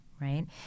right